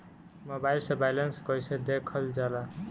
Mobile से balance कइसे देखल जाला?